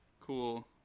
cool